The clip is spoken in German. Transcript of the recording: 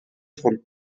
von